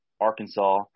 Arkansas